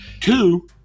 two